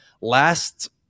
last